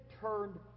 turned